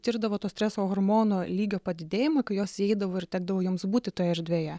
tirdavo to streso hormono lygio padidėjimą kai jos įeidavo ir tekdavo joms būti toje erdvėje